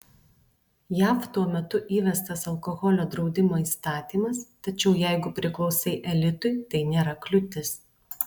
jav tuo metu įvestas alkoholio draudimo įstatymas tačiau jeigu priklausai elitui tai nėra kliūtis